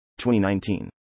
2019